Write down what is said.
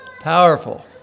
Powerful